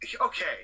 Okay